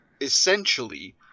essentially